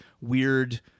weird